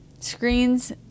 screens